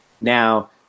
Now